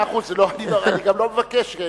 מאה אחוז, אני גם לא מבקש.